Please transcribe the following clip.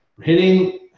Hitting